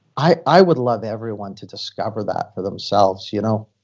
i i would love everyone to discover that for themselves you know